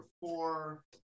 four